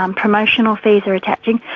um promotional fees are attaching.